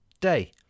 day